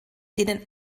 denen